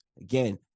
Again